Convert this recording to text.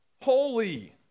holy